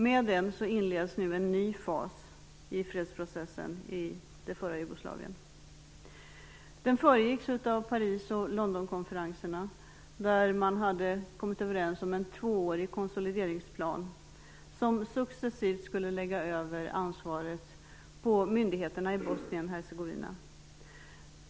Med den inleds nu en ny fas i fredsprocessen i det f.d. Jugoslavien. Resolutionen föregicks av Paris och Londonkonferenserna, där man hade kommit överens om en tvåårig konsolideringsplan som successivt skulle lägga över ansvaret på myndigheterna i Bosnien-Hercegovina.